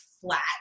flat